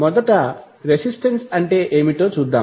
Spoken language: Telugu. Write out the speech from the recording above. కాబట్టి రెసిస్టెన్స్ అంటే ఏమిటో చూద్దాం